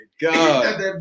God